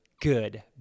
good